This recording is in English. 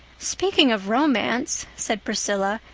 speaking of romance, said priscilla,